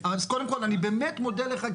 קודם כל אני באמת מודה לך,